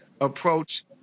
approach